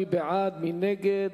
מי בעד, מי נגד?